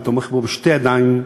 ואני תומך בו בשתי ידיים,